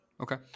Okay